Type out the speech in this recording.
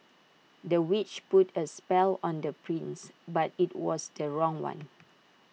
the witch put A spell on the prince but IT was the wrong one